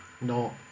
No